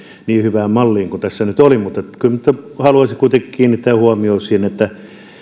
niin hyvään malliin kuin tässä nyt oli haluaisin kuitenkin kiinnittää huomiota siihen että